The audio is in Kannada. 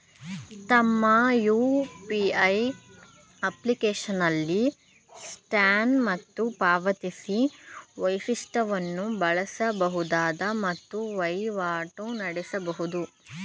ತಮ್ಮ ಯು.ಪಿ.ಐ ಅಪ್ಲಿಕೇಶನ್ನಲ್ಲಿ ಸ್ಕ್ಯಾನ್ ಮತ್ತು ಪಾವತಿಸಿ ವೈಶಿಷ್ಟವನ್ನು ಬಳಸಬಹುದು ಮತ್ತು ವಹಿವಾಟು ನಡೆಸಬಹುದು